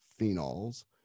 phenols